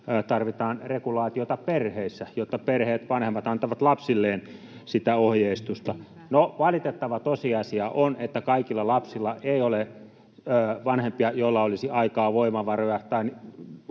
Tarvitaan regulaatiota perheissä, jotta perheet, vanhemmat antavat lapsilleen sitä ohjeistusta. No valitettava tosiasia on, että kaikilla lapsilla ei ole vanhempia, joilla olisi aikaa, voimavaroja,